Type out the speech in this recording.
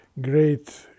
great